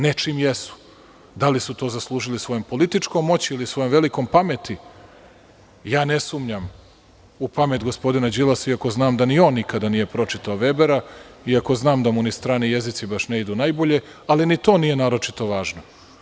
Nečim jesu, da li su to zaslužili svojom političkom moći ili svojom velikom pameti, ja ne sumnjam u pamet gospodina Đilasa iako znam da ni on nikada nije pročitao Vebera, iako znam da mu ni strani jezici ne idu baš najbolje, ali ni to nije naročito važno.